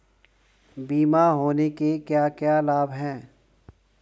बीमा होने के क्या क्या लाभ हैं?